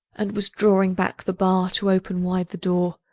and was drawing back the bar to open wide the door,